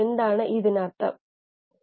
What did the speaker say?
scale up ഇപ്പോഴും ഒരു കലയാണ്